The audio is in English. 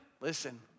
listen